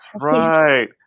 right